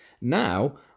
Now